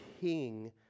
king